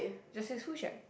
just says food shack